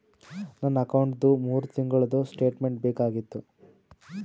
ನನ್ನ ಅಕೌಂಟ್ದು ಮೂರು ತಿಂಗಳದು ಸ್ಟೇಟ್ಮೆಂಟ್ ಬೇಕಾಗಿತ್ತು?